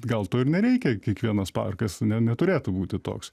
gal to ir nereikia kiekvienas parkas ne neturėtų būti toks